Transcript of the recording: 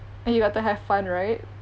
and you got to have fun right